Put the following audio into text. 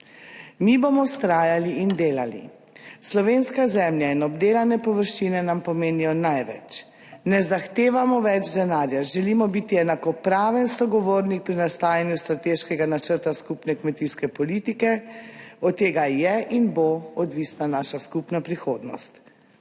»Mi bomo vztrajali in delali, slovenska zemlja in obdelane površine nam pomenijo največ. Ne zahtevamo več denarja, želimo biti enakopraven sogovornik pri nastajanju strateškega načrta skupne kmetijske politike, od tega je in bo odvisna naša skupna prihodnost.